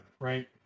right